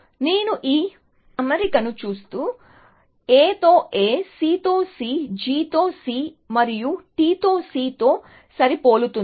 కాబట్టి నేను ఈ అమరికను చూస్తే A తో A C తో C G తో G మరియు T తో C తో సరిపోలుతుంది